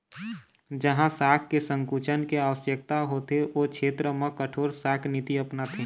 जहाँ शाख के संकुचन के आवश्यकता होथे ओ छेत्र म कठोर शाख नीति अपनाथे